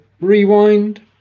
rewind